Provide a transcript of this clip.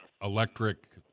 electric